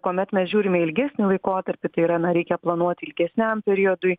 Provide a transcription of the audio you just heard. kuomet mes žiūrime į ilgesnį laikotarpį tai yra na reikia planuoti ilgesniam periodui